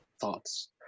thoughts